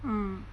mm